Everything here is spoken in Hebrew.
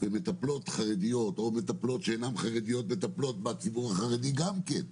במטפלות חרדיות או מטפלות שאינן חרדיות ומטפלות בציבור החרדי גם כן,